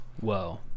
Whoa